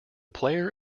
player